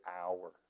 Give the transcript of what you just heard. hour